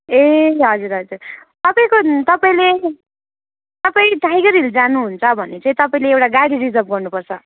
ए हजुर हजुर तपाईँको तपाईँले तपाईँ टाइगर हिल जानुहुन्छ भने चाहिँ तपाईँले एउटा गाडी रिजर्भ गर्नुपर्छ